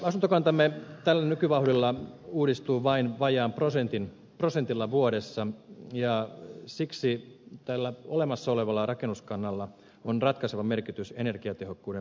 asuntokantamme tällä nykyvauhdilla uudistuu vain vajaalla prosentilla vuodessa ja siksi tällä olemassa olevalla rakennuskannalla on ratkaiseva merkitys energiatehokkuuden parantamisessa